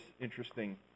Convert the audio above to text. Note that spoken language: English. interesting